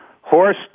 horse